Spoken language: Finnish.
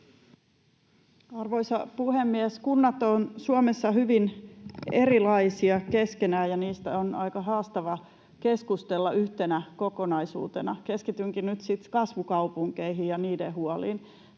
Arvoisa puhemies! Kunnat ovat Suomessa hyvin erilaisia keskenään, ja niistä on aika haastavaa keskustella yhtenä kokonaisuutena. Keskitynkin nyt kasvukaupunkeihin ja niiden huoliin.